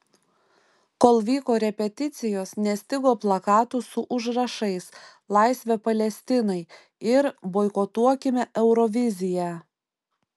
kol vyko repeticijos nestigo plakatų su užrašais laisvė palestinai ir boikotuokime euroviziją